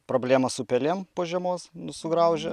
problemos su pelėm po žiemos nu sugraužia